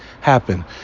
happen